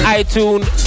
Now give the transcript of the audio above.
iTunes